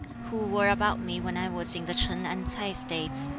who were about me when i was in the ch'in and ts'ai states,